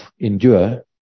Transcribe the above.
endure